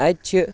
اَتہِ چھِ